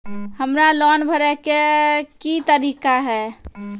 हमरा लोन भरे के की तरीका है?